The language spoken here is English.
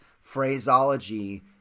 phraseology